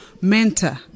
mentor